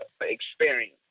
Experience